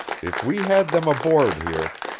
if we had them aboard here,